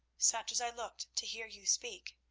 such as i looked to hear you speak,